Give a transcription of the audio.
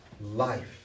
life